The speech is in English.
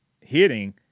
hitting